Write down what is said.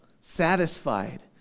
satisfied